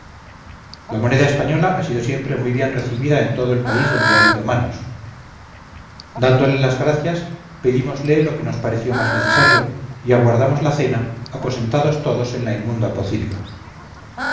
la moneda española ha sido siempre muy bien recibida en todo país donde ha habido manos dándole las gracias pedímosle lo que nos pareció más necesario y aguardamos la cena aposentados todos en la inmunda pocilga